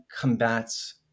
combats